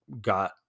got